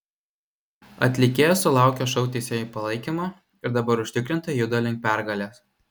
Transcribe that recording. atlikėjos sulaukė šou teisėjų palaikymo ir dabar užtikrintai juda link pergalės